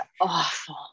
awful